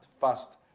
fast